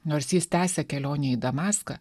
nors jis tęsia kelionę į damaską